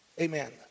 Amen